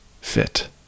fit